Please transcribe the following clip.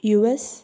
US